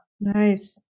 Nice